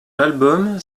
l’album